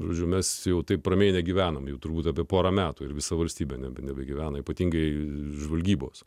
žodžiu mes jau taip ramiai negyvename jau turbūt apie porą metų ir visa valstybė nebe nebegyvena ypatingai žvalgybos